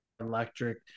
electric